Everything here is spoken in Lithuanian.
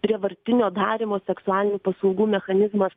prievartinio darymo seksualinių paslaugų mechanizmas